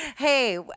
Hey